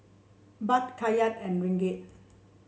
Baht Kyat and Ringgit